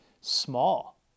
small